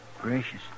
Gracious